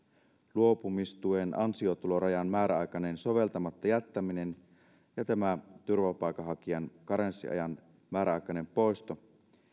luopumistuen ansiotulorajan määräaikainen soveltamatta jättäminen ja tämä turvapaikanhakijan karenssiajan määräaikainen poisto